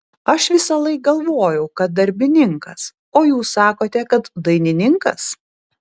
aš visąlaik galvojau kad darbininkas o jūs sakote kad dainininkas